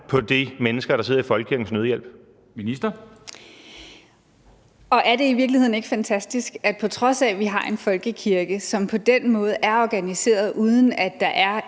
Kirkeministeren (Joy Mogensen): Er det i virkeligheden ikke fantastisk, at på trods af at vi har en folkekirke, som på den måde er organiseret, uden at der er